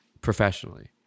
professionally